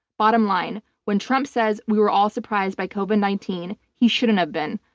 bottom line when trump says, we were all surprised by covid nineteen, he shouldn't have been.